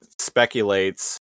speculates